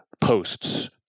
posts